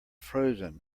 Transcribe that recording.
frozen